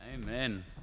Amen